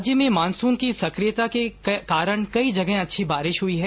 राज्य में मॉनसून की सक्रियता के कारण कई जगह अच्छी बारिश हुई है